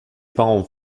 parents